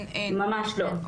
ממש לא.